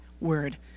word